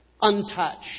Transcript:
untouched